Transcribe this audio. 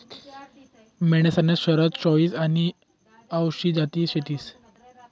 मेंढ्यासन्या शारदा, चोईस आनी आवसी जाती शेतीस